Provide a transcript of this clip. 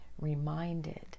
reminded